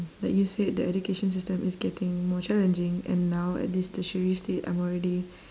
like you said the education system is getting more challenging and now at this tertiary state I'm already